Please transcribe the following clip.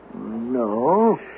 No